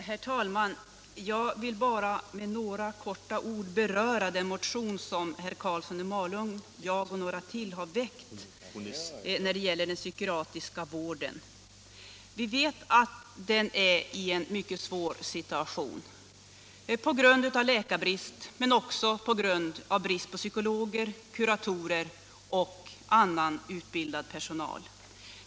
Herr talman! Jag vill bara med några ord beröra den motion som herr Karlsson i Malung, jag och några till har väckt om den psykiatriska vården. Vi vet att den psykiatriska vården är i en mycket svår situation på grund av läkarbrist men också på grund av brist på psykologer, kuratorer och annan utbildad personal.